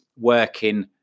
working